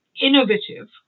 innovative